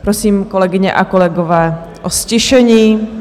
Prosím, kolegyně a kolegové, o ztišení.